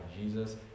Jesus